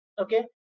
Okay